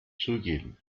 zugeben